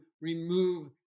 remove